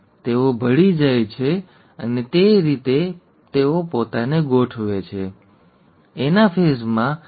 તેઓ ભળી જાય છે અને જે રીતે તેઓ પોતાને ગોઠવે છે તેના દ્વારા તે Rr Yy કૃપા કરીને જાઓ અને મેયોસિસ દરમિયાન શું થાય છે તેના પર એક નજર નાખો ખાસ કરીને મેટાફેઝ વન અને એનાફેઝ દરમિયાન